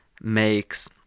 makes